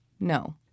no